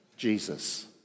Jesus